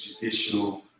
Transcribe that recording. judicial